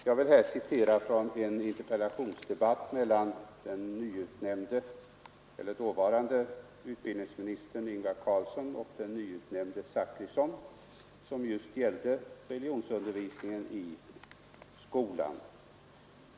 Jag vill från en interpellationsdebatt mellan dåvarande utbildningsministern Ingvar Carlsson och den sedermera utnämnde utbildningsministern Bertil Zachrisson citera herr Zachrisson i en fråga som gällde just religionsundervisningen i skolan.